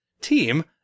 team